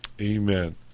amen